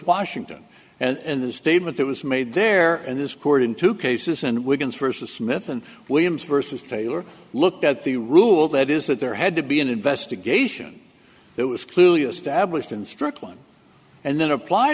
washington and the statement that was made there in this court in two cases and wigan's versus smith and williams versus taylor looked at the rule that is that there had to be an investigation that was clearly established in strickland and then appl